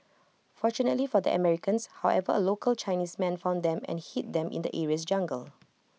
fortunately for the Americans however A local Chinese man found them and hid them in the area's jungle